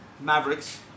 Mavericks